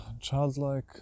childlike